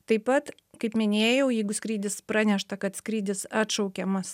taip pat kaip minėjau jeigu skrydis pranešta kad skrydis atšaukiamas